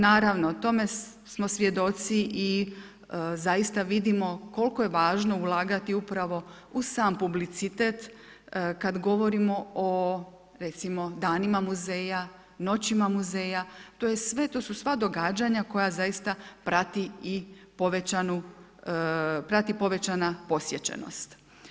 Naravno, tome smo svjedoci i zaista vidimo koliko je važno ulagati upravo u sam publicitet kad govorimo o recimo, danima muzeja, noćima muzeja, to je sve, to su sva događanja koja zaista prati i povećanu, prati povećana posječenost.